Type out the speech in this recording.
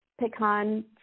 Pecan